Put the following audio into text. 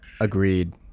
Agreed